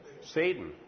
Satan